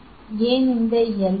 L ஏன் இந்த L